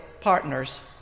partners